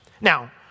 Now